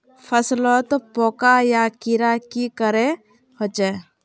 फसलोत पोका या कीड़ा की करे होचे?